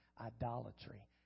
idolatry